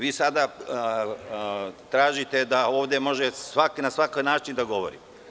Vi sada tražite da ovde možete svako na svaki način da govori.